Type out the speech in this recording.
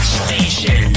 station